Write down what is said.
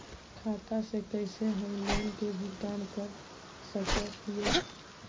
खाता से कैसे हम लोन के भुगतान कर सक हिय?